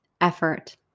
Effort